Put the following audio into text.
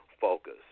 focus